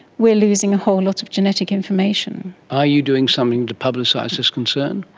we are losing a whole lot of genetic information. are you doing something to publicise this concern?